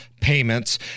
payments